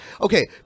Okay